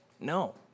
No